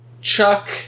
Chuck